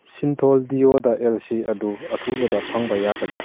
Cinthol diode L C ꯑꯗꯨ ꯑꯊꯨꯕꯗ ꯐꯪꯕ ꯌꯥꯒꯗ꯭ꯔꯥ